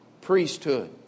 priesthood